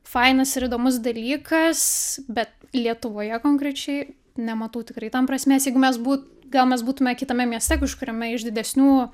fainas ir įdomus dalykas bet lietuvoje konkrečiai nematau tikrai tam prasmės jeigu mes bū gal mes būtume kitame mieste kažkuriame iš didesnių